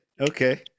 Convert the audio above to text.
Okay